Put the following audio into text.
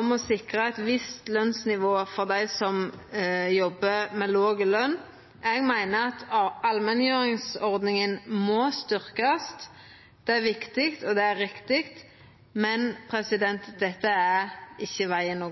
om å sikra eit visst lønsnivå for dei som jobbar med låg løn. Eg meiner at allmenngjeringsordninga må styrkjast. Det er viktig, og det er riktig, men dette er